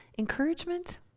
Encouragement